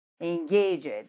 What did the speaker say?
engaged